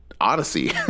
odyssey